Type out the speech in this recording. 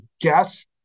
guess